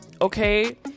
okay